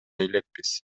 элекпиз